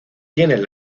tienen